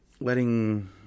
letting